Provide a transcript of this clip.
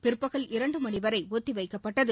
பிற்பகல் இரண்டு மணி வரை ஒத்திவைக்கப்பட்டது